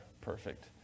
perfect